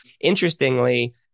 Interestingly